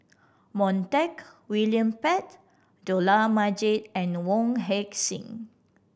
Montague William Pett Dollah Majid and Wong Heck Sing